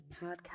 podcast